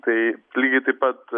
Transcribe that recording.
tai lygiai taip pat